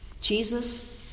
Jesus